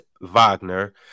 Wagner